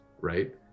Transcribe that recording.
right